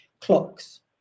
clocks